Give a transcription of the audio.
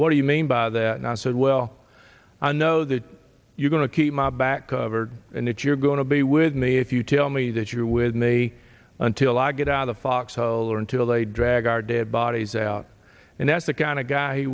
what do you mean by that and i said well i know that you're going to keep my back covered and that you're going to be with me if you tell me that you're with me until i get out of the foxhole or until they drag our dead bodies out and that's the kind of guy